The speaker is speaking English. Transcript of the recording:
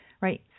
right